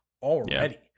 already